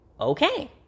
okay